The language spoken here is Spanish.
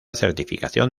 certificación